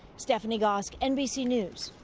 stephanie gosk, nbc news